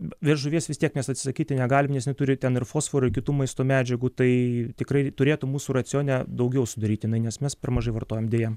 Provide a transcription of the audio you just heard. bet žuvies vis tiek mes atsisakyti negalim nes jinai turi ten ir fosforo kitų maisto medžiagų tai tikrai turėtų mūsų racione daugiau sudaryti jinai nes mes per mažai vartojam deja